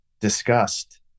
discussed